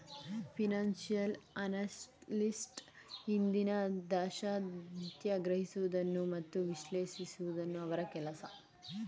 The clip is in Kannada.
ಫಿನನ್ಸಿಯಲ್ ಅನಲಿಸ್ಟ್ ಹಿಂದಿನ ದತ್ತಾಂಶ ಸಂಗ್ರಹಿಸುವುದು ಮತ್ತು ವಿಶ್ಲೇಷಿಸುವುದು ಅವರ ಕೆಲಸ